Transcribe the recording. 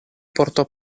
portò